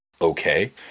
okay